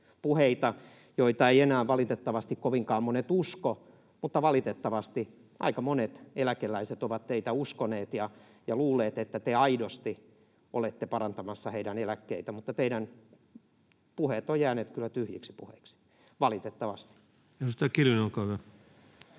joita eivät enää valitettavasti kovinkaan monet usko? Valitettavasti aika monet eläkeläiset ovat teitä uskoneet ja luulleet, että te aidosti olette parantamassa heidän eläkkeitään, mutta teidän puheenne ovat jääneet kyllä tyhjiksi puheiksi, valitettavasti.